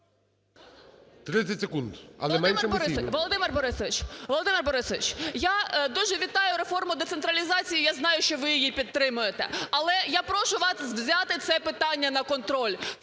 Володимир Борисович, я дуже вітаю реформу децентралізації, я знаю, що ви її підтримуєте, але я прошу вас взяти це питання на контроль.